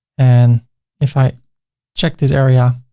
and if i check this area,